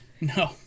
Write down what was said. No